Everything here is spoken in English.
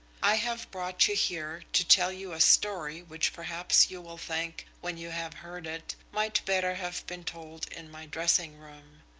i have brought you here to tell you a story which perhaps you will think, when you have heard it, might better have been told in my dressing-room.